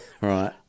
Right